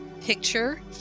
picture